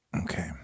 Okay